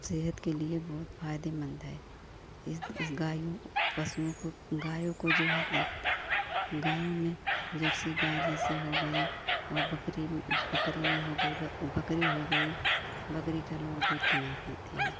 सेहत के लिए बहुत फायदेमंद है इस इस गाय पशुओं को गायों को जो है देख गायों में जर्सी गाय जैसे हो गई और बकरी बकरी में हो गई ब बकरी हो गई बकरी का लोग दूध तो नहीं पीते हैं